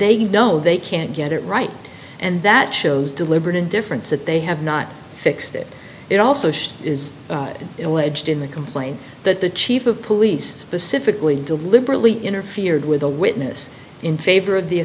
they know they can't get it right and that shows deliberate indifference that they have not fixed it it also is in legend in the complaint that the chief of police specifically deliberately interfered with the witness in favor of the